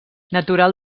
natural